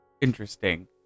interesting